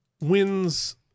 wins